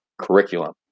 curriculum